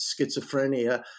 schizophrenia